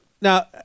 Now